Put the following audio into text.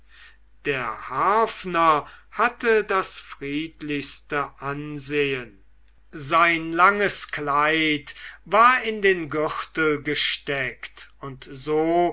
der harfner hatte das friedlichste ansehen sein langes kleid war in den gürtel gesteckt und so